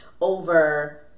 over